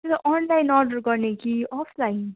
त्यही त online order गर्ने कि अफलाइन